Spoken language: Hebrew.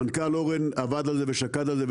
המנכ"ל אורן עבד ושקד על זה,